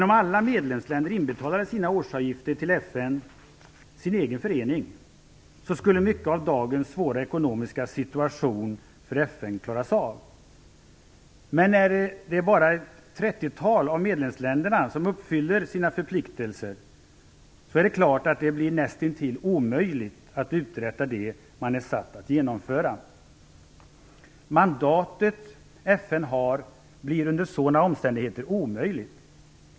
Om alla medlemsländer inbetalade sina årsavgifter till FN, sin egen förening, skulle mycket av dagens svåra ekonomiska situation för FN klaras av. Men när bara ett trettiotal av medlemsländerna uppfyller sina förpliktelser är det klart att det blir nästintill omöjligt att uträtta det som man är satt att genomföra. Det mandat som FN har blir under sådana omständigheter omöjligt.